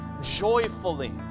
joyfully